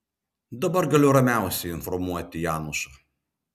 dabar galiu ramiausiai informuoti janušą